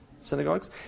synagogues